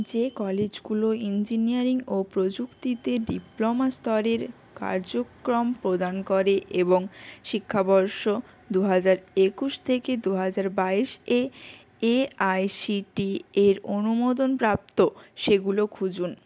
যে কলেজগুলো ইঞ্জিনিয়ারিং ও প্রযুক্তিতে ডিপ্লোমা স্তরের কার্যক্রম প্রদান করে এবং শিক্ষাবর্ষ দু হাজার একুশ থেকে দু হাজার বাইশ এ এ আই সি টি এর অনুমোদনপ্রাপ্ত সেগুলো খুঁজুন